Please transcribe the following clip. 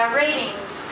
ratings